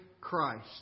Christ